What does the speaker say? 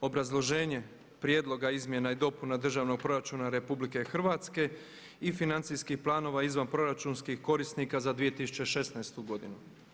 Obrazloženje prijedloga izmjena i dopuna Državnog proračuna RH i financijskih planova izvanproračunskih korisnika za 2016. godinu.